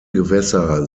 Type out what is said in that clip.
gewässer